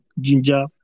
ginger